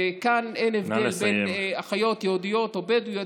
וכאן אין הבדל בין אחיות יהודיות או בדואיות,